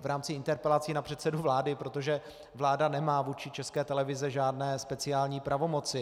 v rámci interpelací na předsedu vlády, protože vláda nemá vůči České televizi žádné speciální pravomoci.